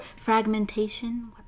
fragmentation